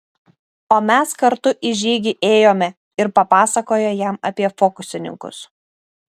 o mes kartu į žygį ėjome ir papasakojo jam apie fokusininkus